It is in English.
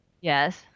Yes